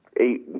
eight